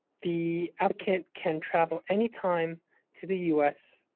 the applicant can travel anytime to the u s.